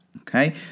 okay